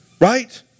Right